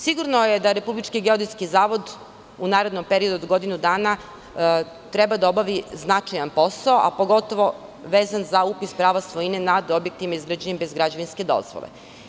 Sigurno je da Republički geodetski zavod u narednom periodu od godinu dana treba da obavi značajan posao, a pogotovo vezan za upis prava svojine nad objektima izgrađenim bez građevinske dozvole.